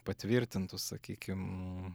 patvirtintų sakykim